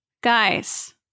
Guys